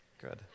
Good